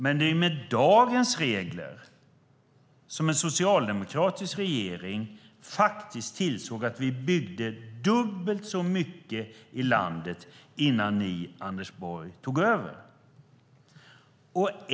Men det var med dagens regler som en socialdemokratisk regering faktiskt tillsåg att vi byggde dubbelt så mycket i landet innan ni, Anders Borg, tog över.